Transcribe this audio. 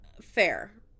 fair